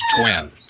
twin